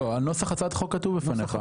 נוסח הצעת החוק כתוב בפניך.